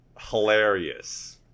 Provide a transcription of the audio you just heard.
hilarious